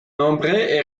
nombre